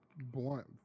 blunt